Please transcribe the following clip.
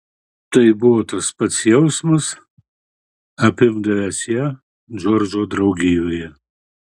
tai buvo tas pats jausmas apimdavęs ją džordžo draugijoje